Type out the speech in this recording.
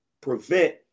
prevent